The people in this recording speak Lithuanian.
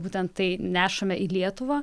būtent tai nešame į lietuvą